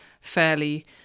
fairly